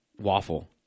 waffle